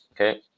okay